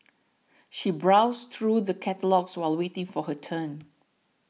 she browsed through the catalogues while waiting for her turn